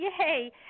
Yay